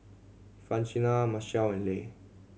Francina Marcel and Leigh